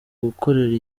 gukorera